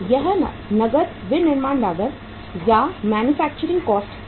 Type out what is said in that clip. यह नगद विनिर्माण लागत या मैन्युफैक्चरिंग कॉस्ट है